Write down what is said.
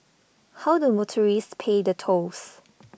how do motorists pay the tolls